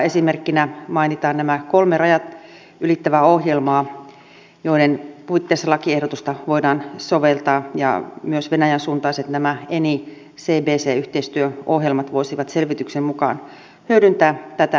esimerkkinä mainitaan nämä kolme rajat ylittävää ohjelmaa joiden puitteissa lakiehdotusta voidaan soveltaa ja myös nämä venäjän suuntaiset eni cbc yhteistyöohjelmat voisivat selvityksen mukaan hyödyntää tätä sääntelyä